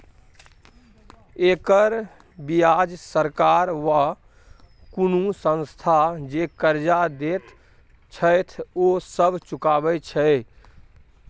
एकर बियाज सरकार वा कुनु संस्था जे कर्जा देत छैथ ओ सब चुकाबे छै